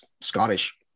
scottish